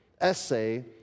essay